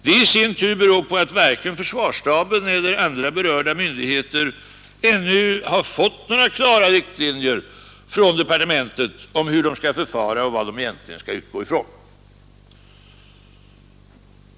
Det beror i sin tur på att varken försvarsstaben eller andra berörda myndigheter ännu har fått några klara riktlinjer från departementet om hur de skall förfara och vad de egentligen skall utgå ifrån.